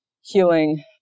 healing